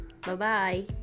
Bye-bye